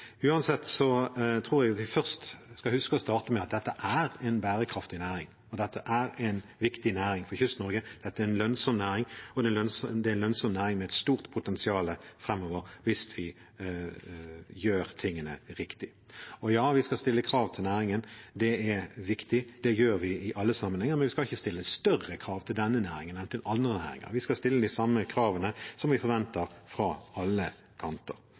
Uansett tror jeg vi først skal huske å starte med at dette er en bærekraftig næring, dette er en viktig næring for Kyst-Norge, dette er en lønnsom næring, og det er en lønnsom næring med et stort potensial framover hvis vi gjør tingene riktig. Ja, vi skal stille krav til næringen. Det er viktig. Det gjør vi i alle sammenhenger. Men vi skal ikke stille større krav til denne næringen enn til andre næringer. Vi skal stille de samme kravene som vi forventer fra alle kanter.